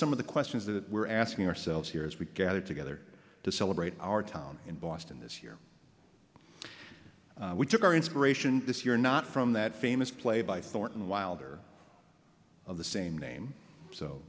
some of the questions that we're asking ourselves here as we gather together to celebrate our town in boston this year we took our inspiration this year not from that famous play by thornton wilder of the same name so